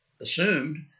assumed